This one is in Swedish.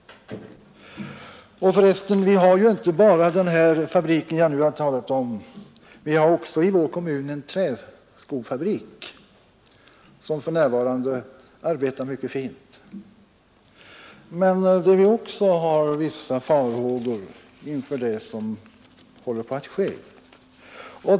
För resten så har vi ju inte bara den här fabriken som jag nu har talat om. Vi har i vår kommun också en träskofabrik som för närvarande arbetar mycket fint, men där har vi också vissa farhågor inför det som håller på att ske.